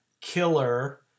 killer